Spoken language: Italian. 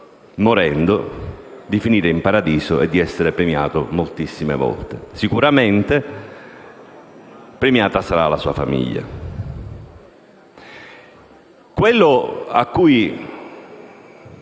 morendo, di finire in paradiso e di essere premiato moltissime volte, sicuramente insieme alla sua famiglia.